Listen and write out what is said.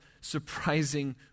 surprising